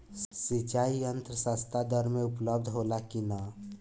सिंचाई यंत्र सस्ता दर में उपलब्ध होला कि न?